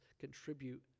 contribute